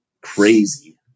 crazy